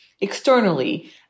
externally